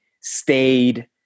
stayed